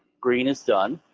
green is done,